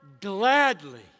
gladly